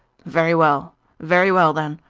very well very well, then.